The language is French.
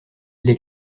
les